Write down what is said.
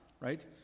right